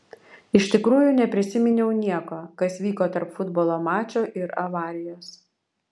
iš tikrųjų neprisiminiau nieko kas vyko tarp futbolo mačo ir avarijos